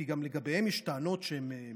כי גם עליהם יש טענות שהם